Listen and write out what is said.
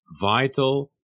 vital